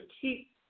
keep